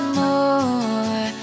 more